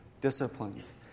disciplines